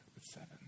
Seven